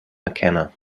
mckenna